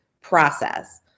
process